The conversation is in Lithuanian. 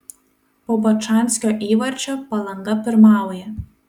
po bačanskio įvarčio palanga pirmauja